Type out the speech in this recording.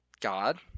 God